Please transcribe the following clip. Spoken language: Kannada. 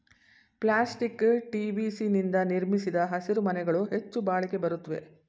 ಪ್ಲಾಸ್ಟಿಕ್ ಟಿ.ವಿ.ಸಿ ನಿಂದ ನಿರ್ಮಿಸಿದ ಹಸಿರುಮನೆಗಳು ಹೆಚ್ಚು ಬಾಳಿಕೆ ಬರುತ್ವೆ